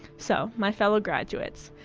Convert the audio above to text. so, my fellow graduates,